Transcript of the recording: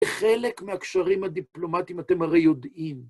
זה חלק מהקשרים הדיפלומטיים, אתם הרי יודעים.